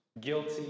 guilty